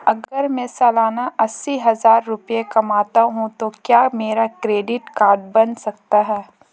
अगर मैं सालाना अस्सी हज़ार रुपये कमाता हूं तो क्या मेरा क्रेडिट कार्ड बन सकता है?